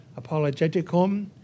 apologeticum